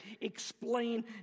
explain